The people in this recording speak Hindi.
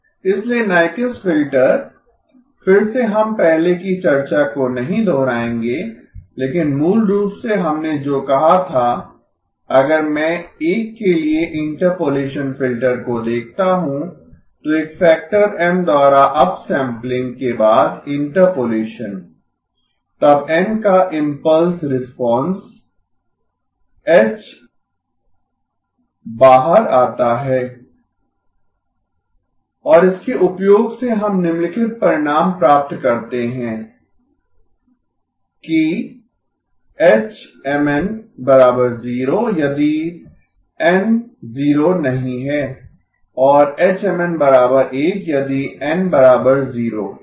इसलिए नाइकुइस्ट फिल्टर फिर से हम पहले की चर्चा को नहीं दोहराएंगे लेकिन मूल रूप से हमने जो कहा था अगर मैं एक के लिए इंटरपोलेशन फ़िल्टर को देखता हूं तो एक फैक्टर M द्वारा अपसैंपलिंग के बाद इंटरपोलेशन तब n का इम्पल्स रिस्पांस h बाहर आता है और इसके उपयोग से हम निम्नलिखित परिणाम प्राप्त करते हैं कि h Mn 0 यदि n 0 नहीं है और h Mn 1 यदि n 0 ठीक है